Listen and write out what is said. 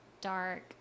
dark